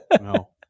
no